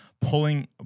pulling